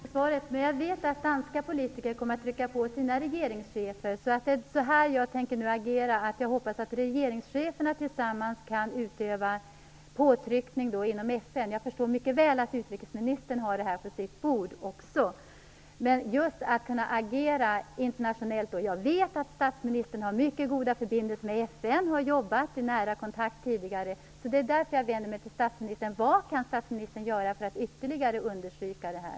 Fru talman! Jag tackar för svaret. Jag vet att danska politiker kommer att trycka på sin regeringschef. Det är därför jag agerar här. Jag hoppas att regeringscheferna tillsammans kan utöva påtryckning inom FN. Jag förstår mycket väl att också utrikesministern har frågan på sitt bord. Men det gäller här att agera internationellt. Jag vet att statsministern har mycket goda förbindelser med FN och tidigare har arbetat i nära kontakt med FN. Det är därför jag vänder mig till statsministern. Vad kan statsministern göra för att ytterligare understryka detta?